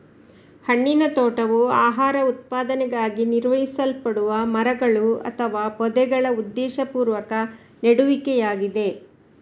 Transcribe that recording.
ಹಣ್ಣಿನ ತೋಟವು ಆಹಾರ ಉತ್ಪಾದನೆಗಾಗಿ ನಿರ್ವಹಿಸಲ್ಪಡುವ ಮರಗಳು ಅಥವಾ ಪೊದೆಗಳ ಉದ್ದೇಶಪೂರ್ವಕ ನೆಡುವಿಕೆಯಾಗಿದೆ